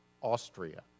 Austria